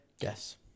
Yes